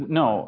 no